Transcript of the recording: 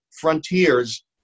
Frontiers